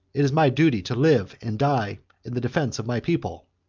it is my duty to live and die in the defence of my people.